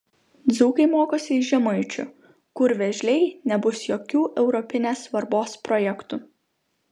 dzūkai mokosi iš žemaičių kur vėžliai nebus jokių europinės svarbos projektų